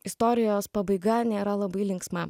istorijos pabaiga nėra labai linksma